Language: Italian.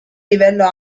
livello